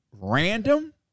random